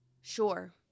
Sure